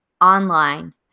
online